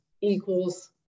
equals